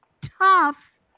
tough